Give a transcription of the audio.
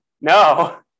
No